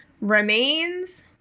remains